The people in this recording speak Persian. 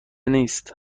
نیست